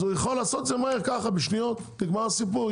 אז הוא יכול לעשות את זה מהר - יש לו הכסף,